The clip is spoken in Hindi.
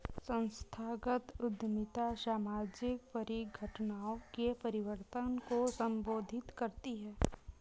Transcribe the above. संस्थागत उद्यमिता सामाजिक परिघटनाओं के परिवर्तन को संबोधित करती है